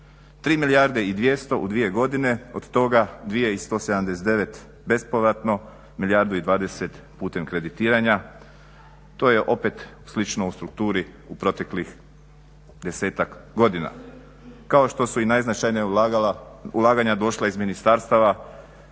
3 milijarde 200 u dvije godine od toga 2179 bespovratno milijardu i 20 putem kreditiranja to je opet slično u strukturi u proteklih desetak godina. Kao što su i najznačajnija ulaganja došla iz ministarstava